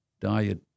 Diet